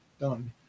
done